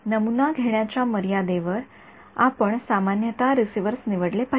नमुना घेण्याच्या मर्यादेवर आपण सामान्यत रिसीव्हर्स निवडले पाहिजेत